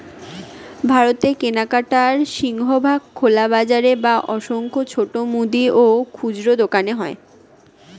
ভারতে কেনাকাটার সিংহভাগ খোলা বাজারে বা অসংখ্য ছোট মুদি ও খুচরো দোকানে হয়